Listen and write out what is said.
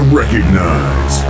recognize